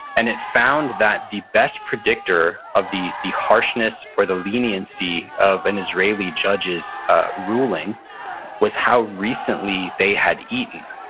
and it found that the best predictor of the the harshness or the leniency of an israeli judge's ruling was how recently they had eaten.